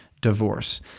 divorce